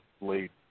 late